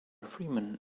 freeman